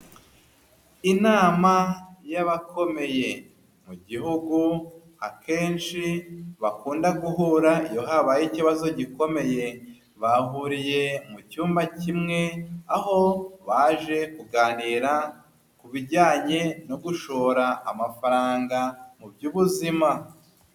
Inama y'abakomeye mu gihugu akenshi bakunda guhura iyo habaye ikibazo gikomeye. Bahuriye mu cyumba kimwe, aho baje kuganira ku bijyanye no gushora amafaranga mu by'ubuzima.